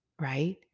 right